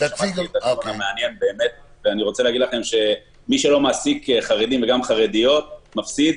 אני רוצה להגיד לכם שמי שלא מעסיק חרדים וחרדיות מפסיד.